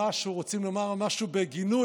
כשרוצים לדבר על משהו בגינוי,